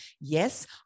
Yes